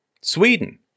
Sweden